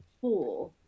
four